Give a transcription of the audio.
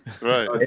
right